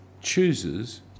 chooses